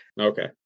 Okay